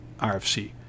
RFC